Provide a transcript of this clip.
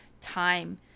time